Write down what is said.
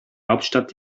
hauptstadt